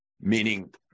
Meaning